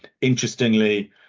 Interestingly